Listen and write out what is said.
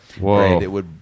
Whoa